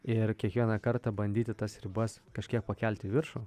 ir kiekvieną kartą bandyti tas ribas kažkiek pakelti į viršų